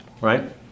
right